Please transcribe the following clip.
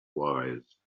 wise